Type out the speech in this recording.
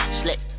slick